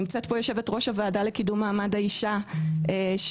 נמצאת פה יושבת-ראש הוועדה לקידום מעמד האישה שרק